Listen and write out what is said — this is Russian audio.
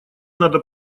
надо